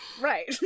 right